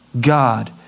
god